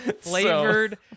Flavored